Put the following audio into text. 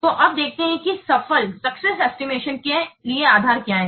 तो अब देखते हैं कि सफल एस्टिमेशन के लिए आधार क्या हैं